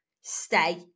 stay